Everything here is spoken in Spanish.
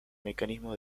mecanismo